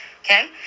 Okay